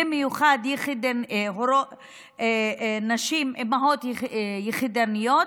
במיוחד אימהות יחידניות,